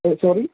ഓഹ് sorry